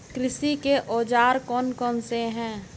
कृषि के औजार कौन कौन से हैं?